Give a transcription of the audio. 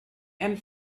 and